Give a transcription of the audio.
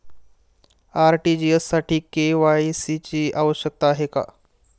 RTGS साठी KYC ची आवश्यकता आहे का?